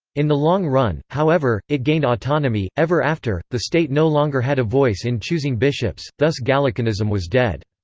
in the long run, however, it gained autonomy ever after, the state no longer had a voice in choosing bishops, thus gallicanism was dead.